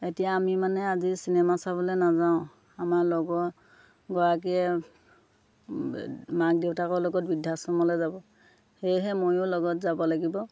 এতিয়া আমি মানে আজি চিনেমা চাবলৈ নাযাওঁ আমাৰ লগৰগৰাকীয়ে মাক দেউতাকৰ লগত বৃদ্ধাশ্ৰমলৈ যাব সেয়েহে ময়ো লগত যাব লাগিব